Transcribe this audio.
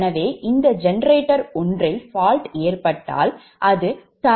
எனவே இந்த ஜெனரேட்டர் 1யில் fault ஏற்பட்டால் அது தரை உடன் இணைக்கப் படுகிறது